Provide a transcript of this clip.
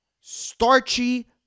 starchy